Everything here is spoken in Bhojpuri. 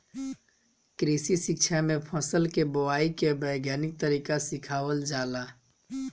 कृषि शिक्षा में फसल के बोआई के वैज्ञानिक तरीका सिखावल जाला